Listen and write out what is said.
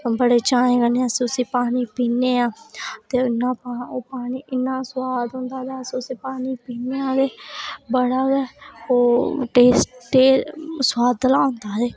बड़े चाएं कन्नै अस उसी पानी पीन्ने आं ते इन्ना पानी इन्ना सुआद होंदा अस उसी पानी ई पीने आं ते बड़ा गै टेस्ट सुआदला होंदा ते